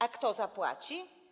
A kto zapłaci?